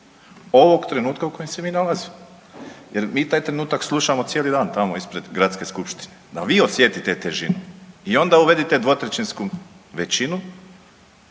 ovog trenutka u kojem se mi nalazimo jer mi taj trenutak slušamo cijeli dan tamo ispred Gradske skupštine, da vi osjetite težinu i onda uvedite dvotrećinsku većinu